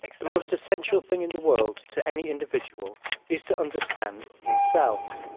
the most essential thing in the world to any individual is to understand himself.